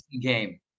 game